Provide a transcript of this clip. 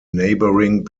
neighbouring